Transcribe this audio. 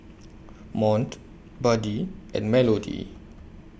Mont Buddy and Melodee